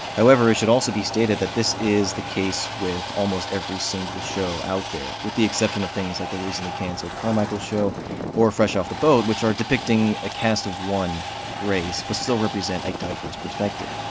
however, it should also be stated that this is the case with almost every single show out there, with the exception of things like the recently canceled carmichael show or fresh off the boat, which are depicting a cast of one race, but still represent a diverse perspective.